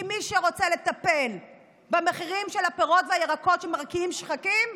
כי מי שרוצה לטפל במחירים של הפירות והירקות שמרקיעים שחקים,